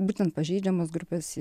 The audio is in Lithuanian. būtent pažeidžiamos grupės